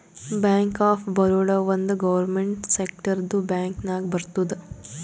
bank of Baroda ಒಂದ್ government ಸೆಕ್ಟರ್ದು bank ನಾಗ್ ಬರ್ತುದ್